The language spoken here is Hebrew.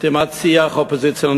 סתימת שיח אופוזיציונלי,